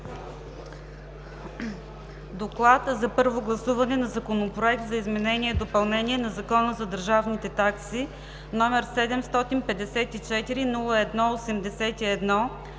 приеме на първо гласуване Законопроект за изменение и допълнение на Закона за държавните такси, № 754-01-81,